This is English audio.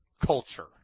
culture